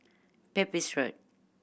Pepys Road